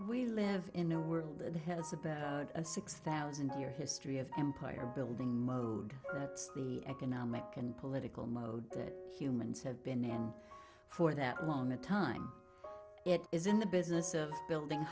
we live in a world that has about a six thousand year history of empire building mode it's the economic and political mode that humans have been in for that long a time it is in the business of building